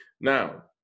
Now